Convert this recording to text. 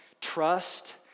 trust